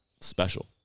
special